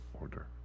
order